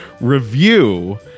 review